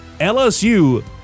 LSU